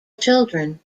children